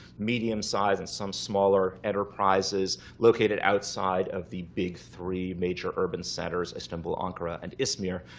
medium size and some smaller enterprises located outside of the big three major urban centers istanbul, ankara and izmir,